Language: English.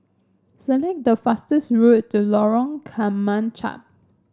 select the fastest road to Lorong Kemunchup